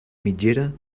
mitgera